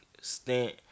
stint